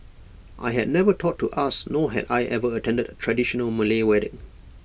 I had never thought to ask nor had I ever attended A traditional Malay wedding